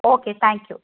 okay thank you